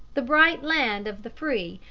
the bright land of the free,